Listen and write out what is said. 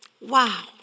Wow